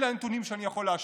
אלה הנתונים שאני יכול להשוות,